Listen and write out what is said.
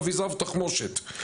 אבזר ותחמושת...".